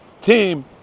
team